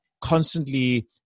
constantly